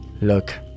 Look